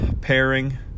pairing